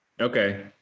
okay